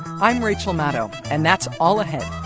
i'm rachel maddow, and that's all ahead.